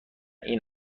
این